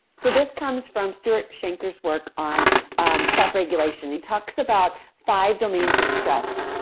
so this comes from stuart shankers work on self-regulation. he talks about five domains of stress.